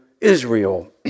Israel